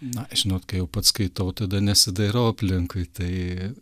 na žinot kai jau pats skaitau tada nesidairau aplinkui tai